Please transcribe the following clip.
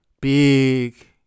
Big